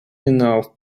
enough